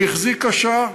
והיא החזיקה שעה.